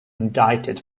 indicted